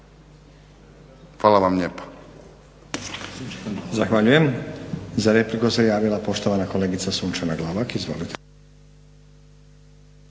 Hvala vam lijepa.